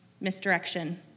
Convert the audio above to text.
misdirection